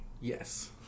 Yes